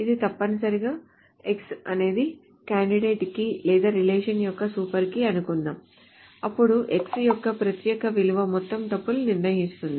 ఇది తప్పనిసరిగా X అనేది కాండిడేట్ కీ లేదా రిలేషన్ యొక్క సూపర్ కీ అనుకుందాం అప్పుడు X యొక్క ప్రత్యేక విలువ మొత్తం టపుల్ను నిర్ణయిస్తుంది